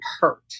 Hurt